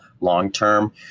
long-term